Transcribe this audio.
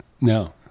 No